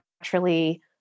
naturally